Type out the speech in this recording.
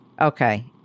Okay